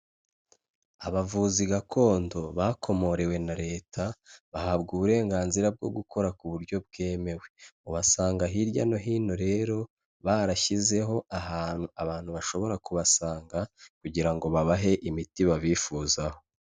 Abavuzi gakondo bakomorewe na leta bahabwa uburenganzira bwo gukora ku buryo bwemewe, ubasanga hirya no hino rero barashyizeho ahantu abantu bashobora kubasanga kugira ngo babahe imiti babifuzaho.